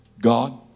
God